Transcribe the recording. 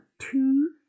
two